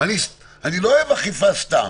אני לא אוהב אכיפה סתם.